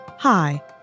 Hi